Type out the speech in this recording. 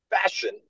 fashion